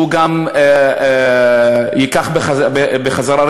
שהוא גם ייקח בחזרה,